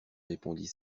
répondit